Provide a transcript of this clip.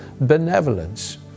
benevolence